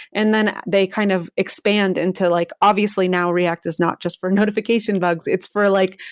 and then they kind of expand into like obviously now react is not just for notification bugs, it's for like,